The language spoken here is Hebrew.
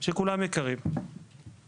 שכולם יקרים וחשובים.